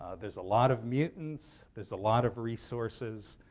ah there's a lot of mutants. there's a lot of resources.